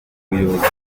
ubuyobozi